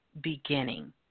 beginning